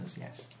yes